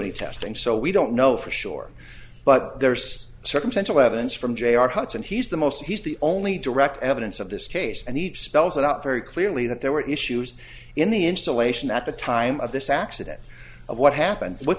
any testing so we don't know for sure but there's circumstantial evidence from j r hudson he's the most he's the only direct evidence of this case and each spells it out very clearly that there were issues in the installation at the time of this accident of what happened with